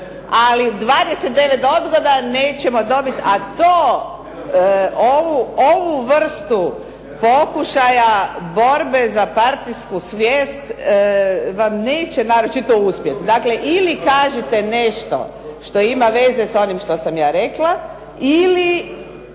ali 29 odgoda nećemo dobiti a to ovu vrstu pokušaja borbe za partijsku svijest vam neće naročito uspjeti. Dakle, ili kažite nešto što ima veze sa onim što sam ja rekla, ili